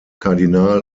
kardinal